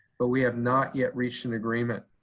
but we have not yet reached an agreement.